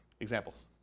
Examples